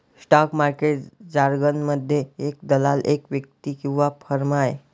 stock market जारगनमध्ये, एक दलाल एक व्यक्ती किंवा फर्म आहे